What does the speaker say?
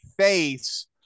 face